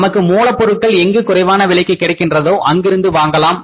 நமக்கு மூலப்பொருட்கள் எங்கு குறைவான விலைக்கு கிடைக்கின்றதோ அங்கிருந்து வாங்கலாம்